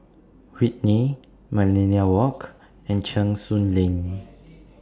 Whitley Millenia Walk and Cheng Soon Lane